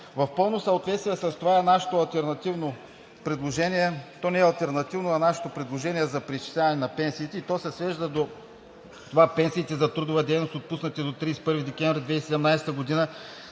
В пълно съответствие с това е нашето алтернативно предложение, то не е алтернативно, а нашето предложение за преизчисляване на пенсиите. То се свежда до това пенсиите за трудова дейност, отпуснати до 31 декември 2017 г. да